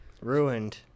Ruined